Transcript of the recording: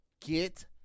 get